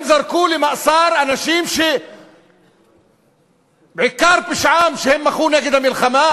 הם זרקו למאסר אנשים שעיקר פשעם שהם מחו נגד המלחמה,